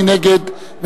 מי נגד?